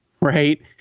Right